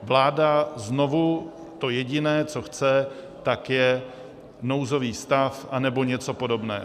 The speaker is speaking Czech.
Vláda znovu to jediné, co chce, tak je nouzový stav anebo něco podobného.